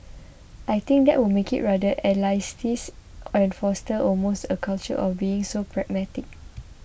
I think that would make it rather elitist and foster almost a culture of being so pragmatic